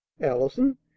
Allison